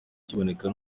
kiboneka